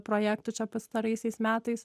projektų čia pastaraisiais metais